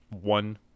one